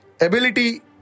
ability